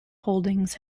holdings